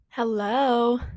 Hello